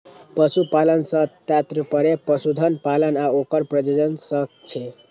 पशुपालन सं तात्पर्य पशुधन पालन आ ओकर प्रजनन सं छै